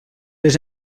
les